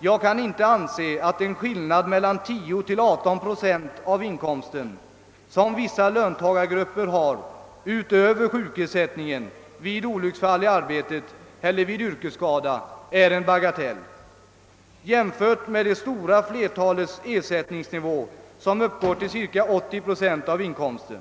jag kan inte anse att en skillnad på mellan 10 och 18 procent av inkomsten, som vissa löntagargrupper har utöver sjukersättningen vid olycksfall i arbete eller vid yrkesskada, är en bagatell, jämfört med att det stora flertalets ersättningsnivå ligger på cirka 80 procent av inkomsten.